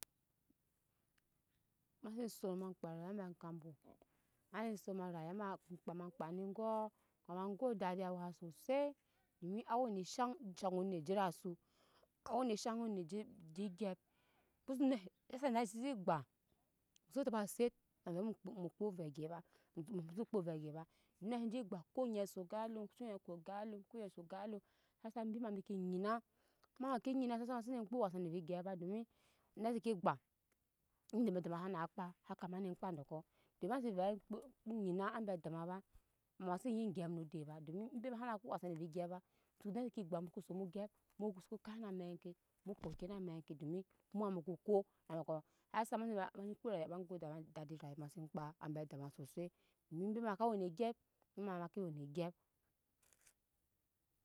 Mase son ma kpa rauwa ma kabwo mase so ma rayuwa ma fu ma kpa ma kpa ni go komama go dadi awa susuai domi awe ne shaŋ shaŋɔ onet je de su a wene shaŋ shaŋ onet je je gyap kpɛ sena enai seje gba mus o to ba set na ve mu kpo mu kpo ove gyap ma muso kpo ove gyi ba enai sehe gba son ga alum ko gyi son ga alum hasu embi ma embi ke nyina mama make nyina hasa mase kpo wasa ne gyap ba domi enai seke gba edɛ embe ada ma sana kpa haa mane ke kpa do dom nase be kpe nyina ambe ada ma ba mase nyi gyap mude ba domi embe ma sana kpo wasa nuve gya ba enai ke gba muso sono gyap muso kap na mek ke u ko ke na mɛk ke domi muma muko ko a meko hasa ma se ve kpo ra ma go dadi rayuwa ma se kpa ebe adama susui domi ebe ma ka wene egyapema ma make wene gyap